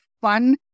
fun